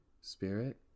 spirit